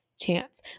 chance